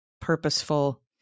purposeful